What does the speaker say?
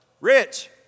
Rich